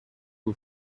who